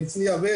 בהרצליה ב',